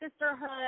sisterhood